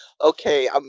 Okay